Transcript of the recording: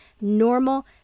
normal